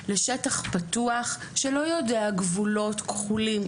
בשטח פתוח שלא יודע גבולות כחולים,